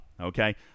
okay